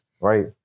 right